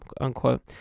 unquote